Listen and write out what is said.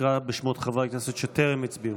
הכנסת, אנא קרא בשמות חברי הכנסת שטרם הצביעו.